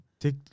take